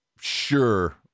sure